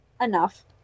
enough